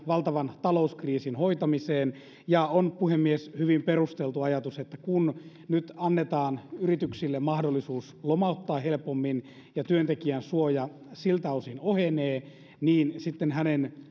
valtavan talouskriisin hoitamiseen on puhemies hyvin perusteltu ajatus että kun nyt annetaan yrityksille mahdollisuus lomauttaa helpommin ja työntekijän suoja siltä osin ohenee sitten hänen